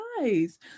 Nice